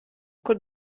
uko